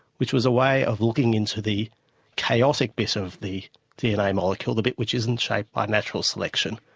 which was a way of looking into the chaotic bit of the dna molecule, the bit which isn't shaped by natural selection,